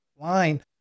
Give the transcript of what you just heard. line